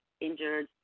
injured